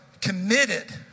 committed